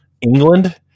England